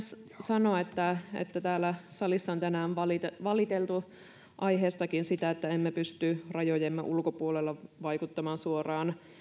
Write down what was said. sanoa että täällä salissa on tänään valiteltu valiteltu aiheestakin sitä että emme pysty rajojemme ulkopuolella vaikuttamaan suoraan